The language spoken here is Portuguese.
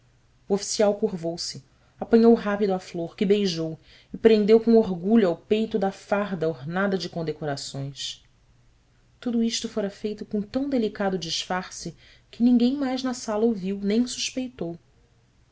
oficial curvouse apanhou rápido a flor que beijou e prendeu com orgulho ao peito da farda ornada de condecorações tudo isto fora feito com tão delicado disfarce que ninguém mais na sala o viu nem suspeitou